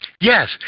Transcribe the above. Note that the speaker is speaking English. Yes